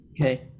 Okay